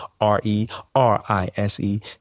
R-E-R-I-S-E